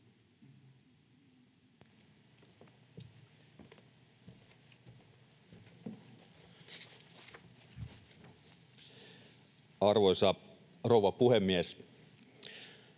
Arvoisa rouva puhemies!